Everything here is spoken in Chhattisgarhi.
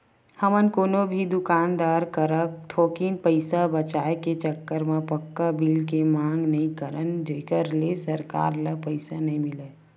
हमन कोनो भी दुकानदार करा थोकिन पइसा बचाए के चक्कर म पक्का बिल के मांग नइ करन जेखर ले सरकार ल पइसा नइ मिलय